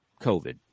COVID